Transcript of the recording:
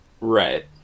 Right